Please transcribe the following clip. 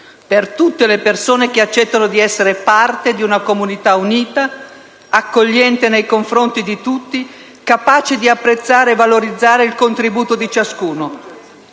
per tutte le persone che accettano di essere parte di una comunità unita, accogliente nei confronti di tutti, capace di apprezzare e valorizzare il contributo di ciascuno.